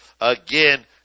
again